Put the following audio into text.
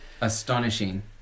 Astonishing